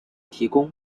提供